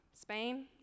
Spain